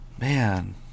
man